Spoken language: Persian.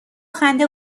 خنده